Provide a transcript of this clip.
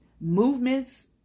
Movements